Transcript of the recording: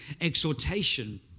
exhortation